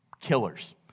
killers